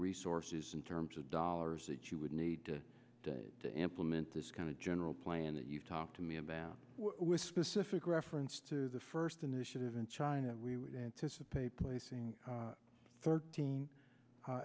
resource in terms of dollars that you would need to do to implement this kind of general plan that you've talked to me about with specific reference to the first initiative in china we would anticipate placing thirteen